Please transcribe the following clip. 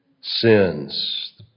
sins